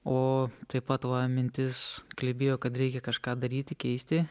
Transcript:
o taip pat va mintis klibėjo kad reikia kažką daryti keisti